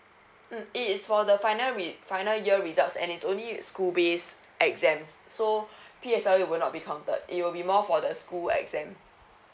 mm it is for the final re~ final year results and it's only school based exams so P_S_L_E will not be counted it will be more for the school exam